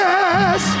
Yes